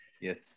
Yes